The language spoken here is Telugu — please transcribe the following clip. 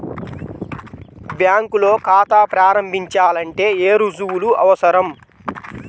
బ్యాంకులో ఖాతా ప్రారంభించాలంటే ఏ రుజువులు అవసరం?